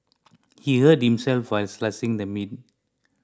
he hurt himself while slicing the meat